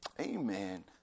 amen